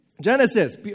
Genesis